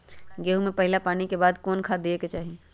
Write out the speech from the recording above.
गेंहू में पहिला पानी के बाद कौन खाद दिया के चाही?